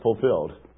fulfilled